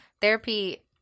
therapy